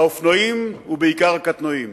האופנועים, ובעיקר הקטנועים.